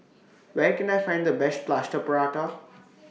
Where Can I Find The Best Plaster Prata